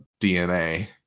DNA